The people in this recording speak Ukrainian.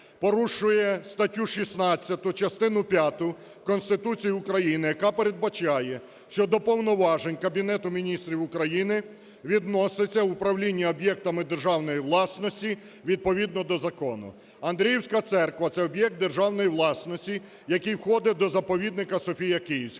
порушує статтю 16-у частину п'яту Конституції України, яка передбачає, що до повноважень Кабінету Міністрів України відноситься управління об'єктами державної власності відповідно до закону. Андріївська церква – це об'єкт державної власності, який входить до заповідника "Софія Київська".